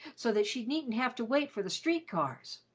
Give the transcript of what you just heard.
so that she needn't have to wait for the street-cars.